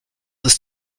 ist